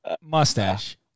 mustache